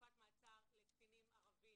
חלופת מעצר לקטינים ערבים